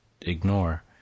ignore